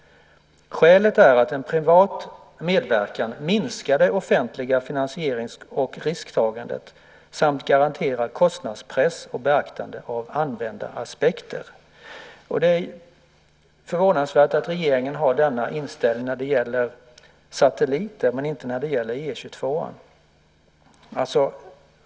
Skälet är att en privat medverkan minskar det offentliga finansierings och risktagandet samt garanterar kostnadspress och beaktande av användaraspekter." Det är förvånansvärt att regeringen har denna inställning när det gäller satelliter men inte när det gäller E 22.